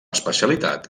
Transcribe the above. especialitat